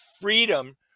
Freedom